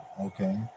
Okay